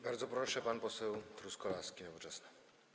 Bardzo proszę, pan poseł Truskolaski, Nowoczesna.